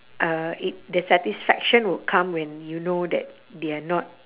uh it the satisfaction would come when you know that they're not